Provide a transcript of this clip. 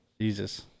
Jesus